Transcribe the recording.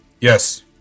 Yes